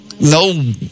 No